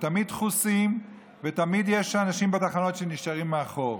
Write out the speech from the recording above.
תמיד דחוסים ותמיד יש אנשים בתחנות שנשארים מאחור.